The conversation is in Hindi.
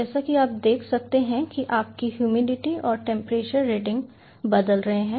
जैसा कि आप देख सकते हैं कि आपकी ह्यूमिडिटी और टेंपरेचर रीडिंग बदल रहे हैं